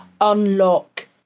unlock